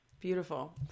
Beautiful